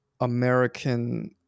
American